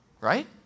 Right